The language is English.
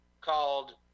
called